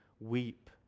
weep